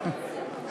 ובין כך.